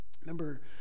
Remember